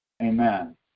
Amen